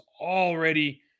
already